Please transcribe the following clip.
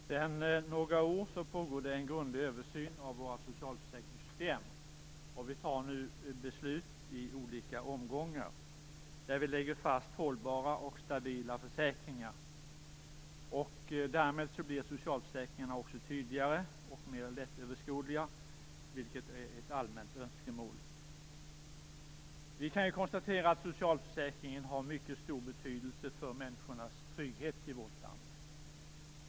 Fru talman! Sedan några år pågår det en grundlig översyn av våra socialförsäkringssystem. Vi fattar nu beslut i olika omgångar, där vi lägger fast hållbara och stabila försäkringar. Därmed blir socialförsäkringarna också tydligare och mera lättöverskådliga, vilket är ett allmänt önskemål. Vi kan konstatera att socialförsäkringen har mycket stor betydelse för människornas trygghet i vårt land.